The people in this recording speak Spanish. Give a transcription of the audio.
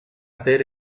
hacer